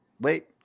wait